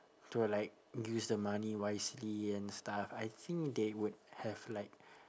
to like use the money wisely and stuff I think they would have like